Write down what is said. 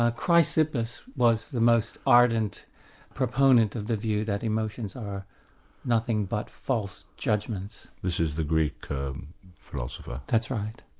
ah chrysippus was the most ardent proponent of the view that emotions are nothing but false judgments. this is the greek philosopher? that's right.